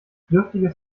dürftiges